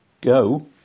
go